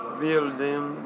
building